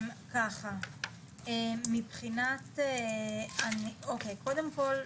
קודם כל,